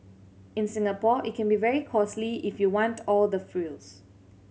in Singapore it can be very costly if you want all the frills